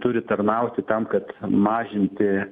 turi tarnauti tam kad mažinti